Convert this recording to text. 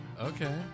Okay